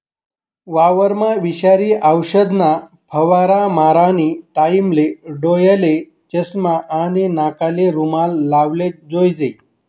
वावरमा विषारी औषधना फवारा मारानी टाईमले डोयाले चष्मा आणि नाकले रुमाल लावलेच जोईजे